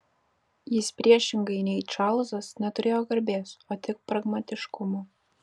jis priešingai nei čarlzas neturėjo garbės o tik pragmatiškumą